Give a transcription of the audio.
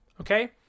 okay